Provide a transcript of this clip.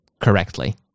correctly